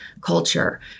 culture